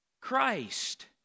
Christ